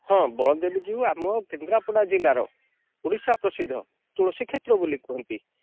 ହଁ ବଳଦେବଜୀଉ ଆମ କେନ୍ଦ୍ରାପଡ଼ା ଜିଲ୍ଲାର ଓଡ଼ିଶା ପ୍ରସିଦ୍ଧ ତୁଳସୀ କ୍ଷେତ୍ର ବୋଲି କୁହନ୍ତି